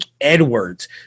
Edwards